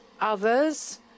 others